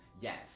Yes